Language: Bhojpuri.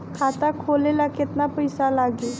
खाता खोले ला केतना पइसा लागी?